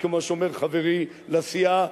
שכמו שאומר חברי לסיעה,